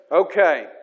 okay